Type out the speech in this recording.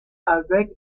avec